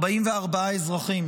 44 אזרחים